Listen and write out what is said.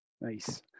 Nice